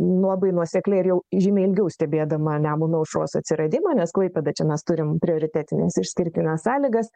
labai nuosekliai ir jau žymiai ilgiau stebėdama nemuno aušros atsiradimą nes klaipėda čia mes turim prioritetines išskirtines sąlygas